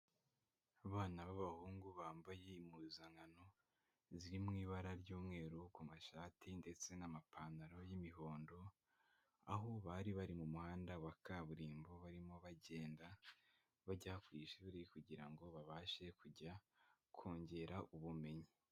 Abana b'abahungu bambaye impuzankano ziri mu ibara ry'umweru, ku mashati ndetse n'amapantaro y'imihondo, aho bari bari mu muhanda wa kaburimbo barimo bagenda bajya ku ishuri kugira ngo babashe kujya kongera ubumenyi.